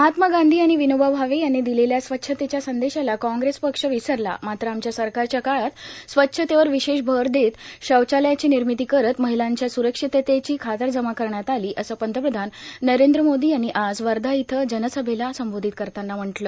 महात्मा गांधी आणि विनोबा भावे यांनी दिलेल्या स्वच्छतेच्या संदेशाला कांग्रेस पक्ष विसरला मात्र आमच्या सरकारच्या काळात स्वच्छतेवर विशेष भर देत शौचालयाची निर्मिती करत महिलांच्या स्रक्षिततेची खातरजमा करण्यात आली असं पंतप्रधान नरेंद्र मोदी यांनी आज वर्धा इथं जनसभेला संबोधित करताना सांगितलं